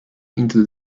into